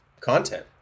content